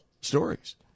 stories